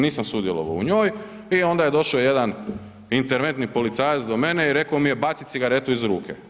Nisam sudjelovao u njoj i onda je došao jedna interventni policajac do mene i reko mi je „baci cigaretu iz ruke“